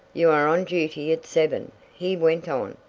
you are on duty at seven, he went on,